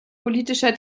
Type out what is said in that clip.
politischer